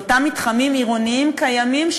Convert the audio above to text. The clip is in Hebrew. באותם מתחמים עירוניים קיימים,